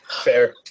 Fair